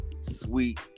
sweet